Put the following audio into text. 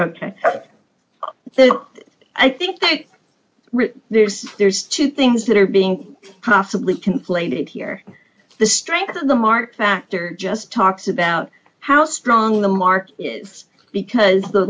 track i think that there's there's two things that are being possibly conflated here the strength of the market factor just talks about how strong the market is because th